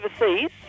overseas